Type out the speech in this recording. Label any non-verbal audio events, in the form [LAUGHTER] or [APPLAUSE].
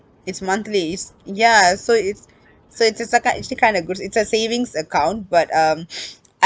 it's monthly it's ya so it's so it's ac~ actually kinda good it's a savings account but um [NOISE] I